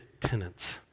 tenants